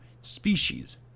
species